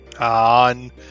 on